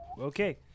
Okay